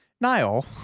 Niall